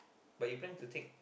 but you plan to take